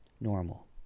Normal